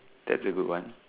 that's a good one